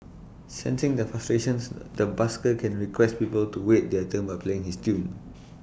sensing the frustrations the busker can request people to wait their turn by playing this tune